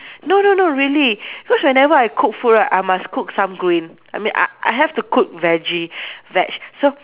no no no really because whenever I cook food right I must cook some green I mean uh I have to cook veggie veg so